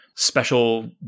Special